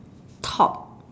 top